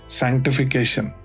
sanctification